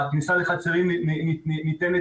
הכניסה לחצרים ניתנת,